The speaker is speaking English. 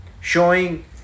showing